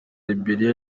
liberia